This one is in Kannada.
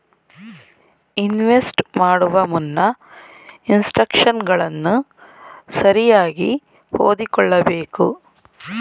ಇನ್ವೆಸ್ಟ್ ಮಾಡುವ ಮುನ್ನ ಇನ್ಸ್ಟ್ರಕ್ಷನ್ಗಳನ್ನು ಸರಿಯಾಗಿ ಓದಿಕೊಳ್ಳಬೇಕು